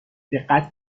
دقت